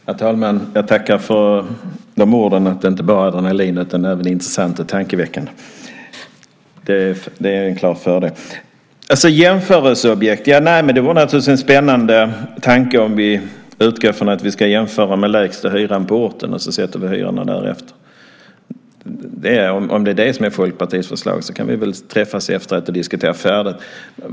Herr talman! Jag tackar för orden att det inte bara är adrenalinet utan även intressant och tankeväckande. Det är en klar fördel. Jämförelseobjekt? Nej, men det vore naturligtvis en spännande tanke om vi utgår från att vi ska jämföra med lägsta hyra på orten och sätta hyrorna därefter. Om det är Folkpartiets förslag kan vi träffas efteråt och diskutera färdigt.